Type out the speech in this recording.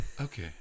Okay